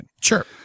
Sure